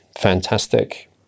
fantastic